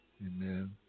Amen